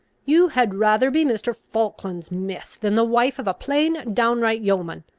you had rather be mr. falkland's miss, than the wife of a plain downright yeoman.